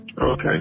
okay